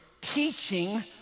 teaching